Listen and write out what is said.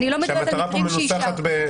כפי שהמטרה פה מנוסחת,